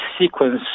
sequence